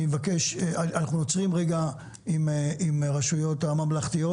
אנחנו עוצרים עם הרשויות הממלכתיות.